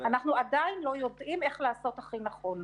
אנחנו עדיין לא יודעים איך לעשות הכי נכון.